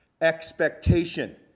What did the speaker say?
expectation